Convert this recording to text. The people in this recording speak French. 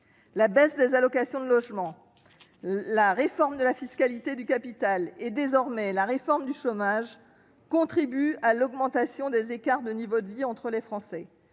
La baisse des allocations logement, la réforme de la fiscalité du capital et, désormais, la réforme de l'assurance chômage, contribuent à l'augmentation des écarts de niveau de vie entre Français.